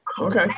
okay